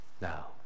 Now